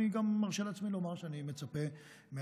אני גם מרשה לעצמי לומר שאני גם מצפה מהרשות